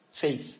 faith